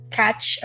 catch